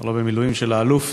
לא במילואים: של האלוף,